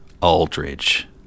Aldridge